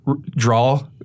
draw